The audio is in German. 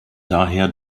daher